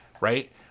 right